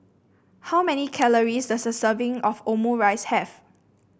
how many calories does a serving of Omurice have